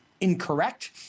incorrect